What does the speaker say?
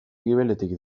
gibeletik